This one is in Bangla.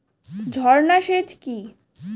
ঝর্না সেচ কি?